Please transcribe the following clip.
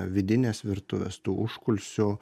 vidinės virtuvės tų užkulisių